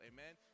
Amen